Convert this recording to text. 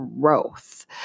growth